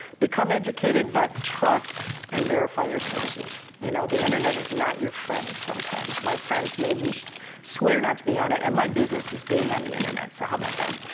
become educated, but trust and verify your sources you know the internet is not your friend sometimes. my friends made me swear not to be on it. and my business is being on the internet, so how about that?